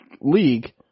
league